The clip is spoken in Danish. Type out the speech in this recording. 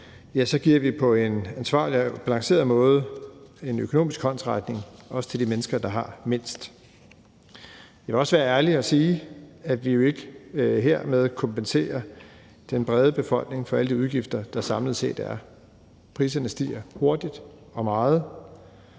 giver vi på en ansvarlig og balanceret måde en økonomisk håndsrækning også til de mennesker, der har mindst. Jeg vil også være ærlig og sige, at vi jo ikke hermed kompenserer den brede befolkning for alle de udgifter, der samlet set er. Priserne stiger hurtigt og meget,